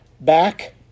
back